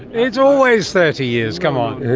it's always thirty years, come on!